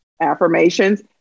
Affirmations